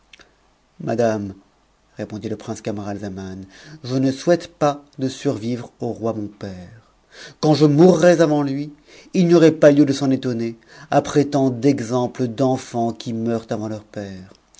madame répondit le prince camaralzaman je ne souhaite pas de survivre au roi mon père quand je mourrais avant lui il n'y aurait pas lieu de s'en étonner après tant d'exemptes d'enfants qui meurent avant leurs pères